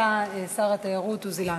בבקשה, שר התיירות עוזי לנדאו.